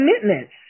commitments